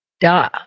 duh